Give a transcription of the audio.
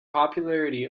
popularity